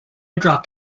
dropped